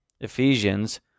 Ephesians